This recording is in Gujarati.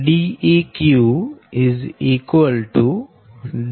da1b1 6